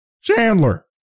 Chandler